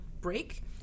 break